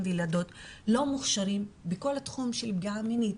וילדות לא מוכשרים בכל התחום של פגיעה מינית,